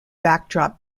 backdrop